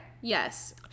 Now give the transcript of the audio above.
Yes